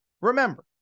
remember